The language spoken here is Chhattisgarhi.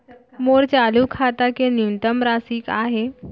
मोर चालू खाता के न्यूनतम राशि का हे?